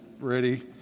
ready